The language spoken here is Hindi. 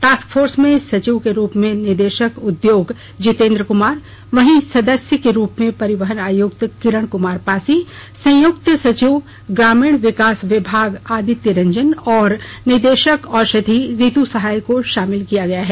टास्क फोर्स में सचिव के रूप में निदेशक उद्योग जितेंद्र कुमार वहीं सदेस्य के रूप में परिहवन आयुक्त किरण कुमार पासी संयुक्त सचिव ग्रामीण विकास विभाग आदित्य रंजन और निदेशक औषधी रितू सहाय को शामिल किया गया है